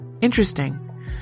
interesting